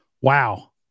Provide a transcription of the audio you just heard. Wow